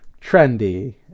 trendy